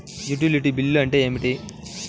Utility bill అంటే ఏమిటి?